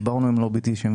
דיברנו עם לובי 99,